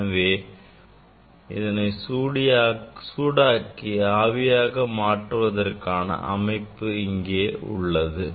எனவே இதனை சூடாக்கி ஆவியாக மாற்றுவதற்கான அமைப்பு இங்கே உள்ளது